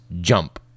Jump